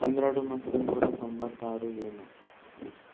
ಹನ್ನೆರಡು ಮತ್ತು ನೂರ ತೊಂಬತ್ತಾರು ಏನು